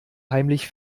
heimlich